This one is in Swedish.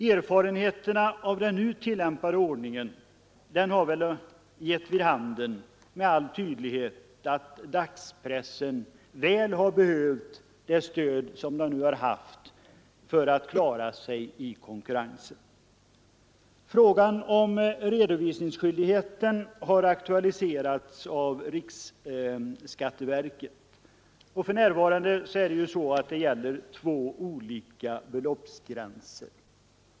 Erfarenheten av den nu tillämpade ordningen har gett vid handen med all tydlighet att dagspressen väl har behövt det stöd som den nu har haft för att klara sig i konkurrensen. Frågan om redovisningsskyldigheten har aktualiserats av riksskatteverket. För närvarande gäller ju två olika beloppsgränser.